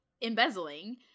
Embezzling